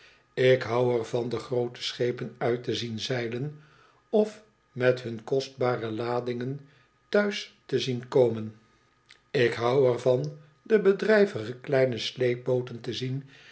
ik hou er van de groote schepen uit te zien zeilen of met hun kostbare ladingen thuis te zien komen ik hou er van de bedrijvige kleine sleepbooten te zien